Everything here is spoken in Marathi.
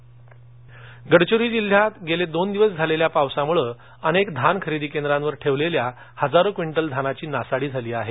गडचिरोली गडचिरोली जिल्ह्यात गेले दोन दिवस झालेल्या पावसामुळे अनेक धान खरेदी केंद्रांवर ठेवलेल्या हजारो क्विंटल धानाची नासाडी झाली आहे